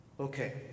Okay